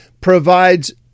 provides